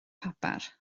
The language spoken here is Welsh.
papur